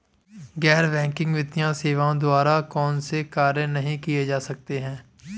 गैर बैंकिंग वित्तीय सेवाओं द्वारा कौनसे कार्य नहीं किए जा सकते हैं?